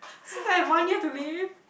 since I have one year to live